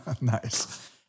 Nice